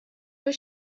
was